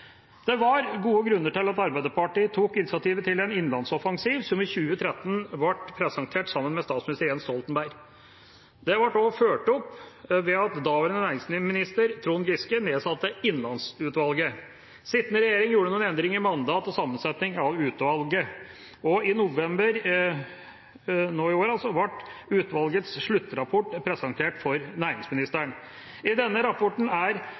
Det var gode grunner til at Arbeiderpartiet tok initiativ til en innlandsoffensiv, som i 2013 ble presentert med statsminister Jens Stoltenberg til stede. Det ble også fulgt opp ved at daværende næringsminister Trond Giske nedsatte Innlandsutvalget. Den sittende regjering gjorde noen endringer i mandatet og sammensetningen av utvalget, og i november i år ble utvalgets sluttrapport presentert for næringsministeren. I denne rapporten er